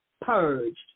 purged